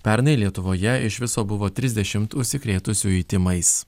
pernai lietuvoje iš viso buvo trisdešimt užsikrėtusiųjų tymais